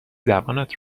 زبانت